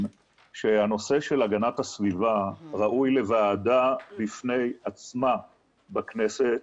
שהנושא של הגנת הסביבה ראוי לוועדה בפני עצמה בכנסת.